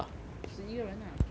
十一个人 ah